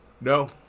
no